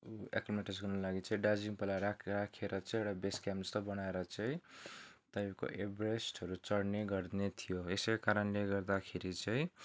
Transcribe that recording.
achromatize गर्नुको लागि चाहिँ दार्जिलिङ पहिला रा राखेर चाहिँ एउटा बेस क्याम्पजस्तो बनाएर चाहिँ तपाईँको एभरेस्टहरू चढ्ने गर्ने थियो यसैकारणले गर्दाखेरि चाहिँ